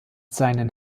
seinen